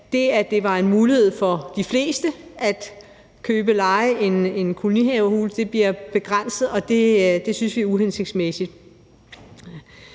det, at det var en mulighed for de fleste at købe eller leje et kolonihavehus, bliver begrænset, og det synes vi er uhensigtsmæssigt.